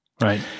Right